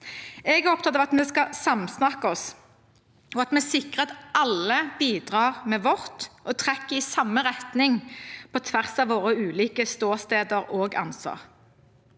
Jeg er opptatt av at vi skal samsnakke oss, og at vi sikrer at alle bidrar med sitt og trekker i samme retning, på tvers av våre ulike ståsteder og ansvar.